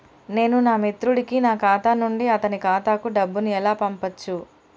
నేను నా మిత్రుడి కి నా ఖాతా నుండి అతని ఖాతా కు డబ్బు ను ఎలా పంపచ్చు?